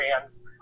fans